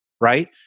right